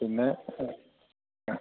പിന്നെ അതെ ആ